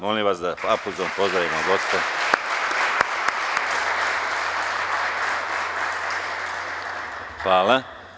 Molim vas da aplauzom pozdravimo goste. [[Aplauz]] Hvala.